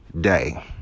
day